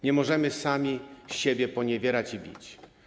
Nie możemy sami siebie poniewierać i bić.